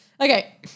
Okay